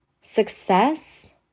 success